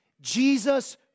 Jesus